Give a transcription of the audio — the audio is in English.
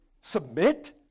Submit